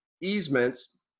easements